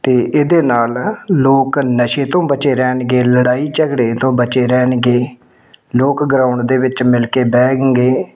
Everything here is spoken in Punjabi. ਅਤੇ ਇਹਦੇ ਨਾਲ ਲੋਕ ਨਸ਼ੇ ਤੋਂ ਬਚੇ ਰਹਿਣਗੇ ਲੜਾਈ ਝਗੜੇ ਤੋਂ ਬਚੇ ਰਹਿਣਗੇ ਲੋਕ ਗਰਾਊਂਡ ਦੇ ਵਿੱਚ ਮਿਲ ਕੇ ਬਹਿਣਗੇ